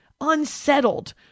unsettled